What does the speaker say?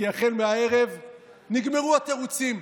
כי החל מהערב נגמרו התירוצים.